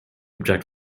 object